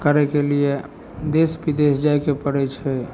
करय केलिये देश विदेश जाइके पड़य छै